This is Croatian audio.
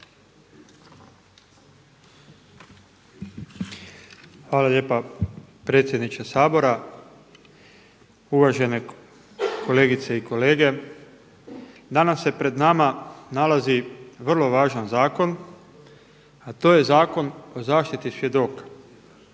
Hvala lijepa predsjedniče Sabora, uvažene kolegice i kolege. Danas se pred nama nalazi vrlo važan zakon, a to je Zakon o zaštiti svjedoka.